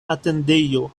atendejo